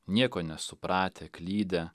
nieko nesupratę klydę